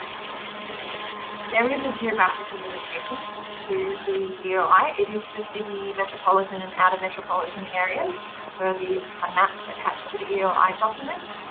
um there is a geographical limitation to the eoi, it is for sydney metropolitan and out of metropolitan areas per the ah maps attached to the eoi document.